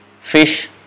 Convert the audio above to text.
fish